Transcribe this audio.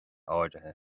áirithe